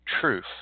truth